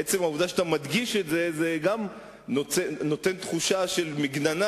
עצם העובדה שאתה מדגיש את זה נותן תחושה של מגננה,